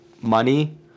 money